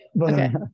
Okay